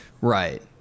Right